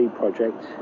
project